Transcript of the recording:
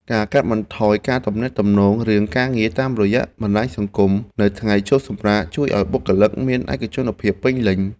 ការកាត់បន្ថយការទំនាក់ទំនងរឿងការងារតាមរយៈបណ្តាញសង្គមនៅថ្ងៃឈប់សម្រាកជួយឱ្យបុគ្គលិកមានឯកជនភាពពេញលេញ។